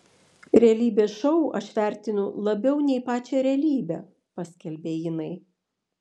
realybės šou aš vertinu labiau nei pačią realybę paskelbė jinai